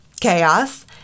chaos